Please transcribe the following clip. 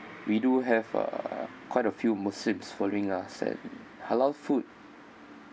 we do have uh quite a few muslims following us and halal food